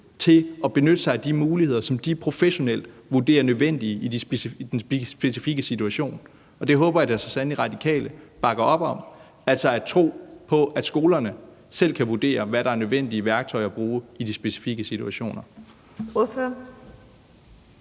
til at benytte sig af de muligheder, som de professionelt vurderer nødvendige i den specifikke situation, og det håber jeg da så sandelig at Radikale bakker op om, altså at tro på, at skolerne selv kan vurdere, hvad der er det nødvendige værktøj at bruge i de specifikke situationer.